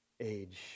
age